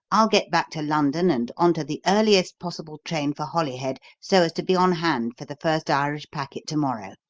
i'll get back to london and on to the earliest possible train for holyhead so as to be on hand for the first irish packet to-morrow.